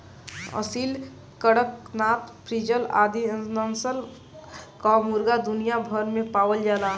Aseel, Kadaknath, frizzle आदि नस्ल कअ मुर्गा दुनिया भर में पावल जालन